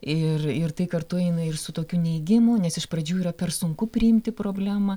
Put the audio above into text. ir ir tai kartu eina ir su tokiu neigimu nes iš pradžių yra per sunku priimti problemą